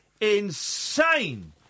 insane